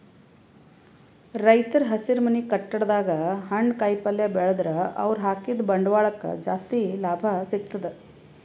ರೈತರ್ ಹಸಿರುಮನೆ ಕಟ್ಟಡದಾಗ್ ಹಣ್ಣ್ ಕಾಯಿಪಲ್ಯ ಬೆಳದ್ರ್ ಅವ್ರ ಹಾಕಿದ್ದ ಬಂಡವಾಳಕ್ಕ್ ಜಾಸ್ತಿ ಲಾಭ ಸಿಗ್ತದ್